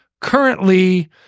currently